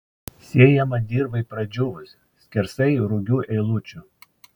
sėjama dirvai pradžiūvus skersai rugių eilučių